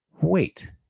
wait